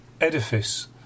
edifice